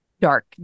dark